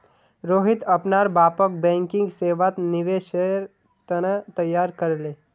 रोहित अपनार बापक बैंकिंग सेवात निवेशेर त न तैयार कर ले